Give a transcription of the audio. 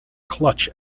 clutch